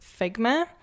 Figma